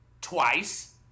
twice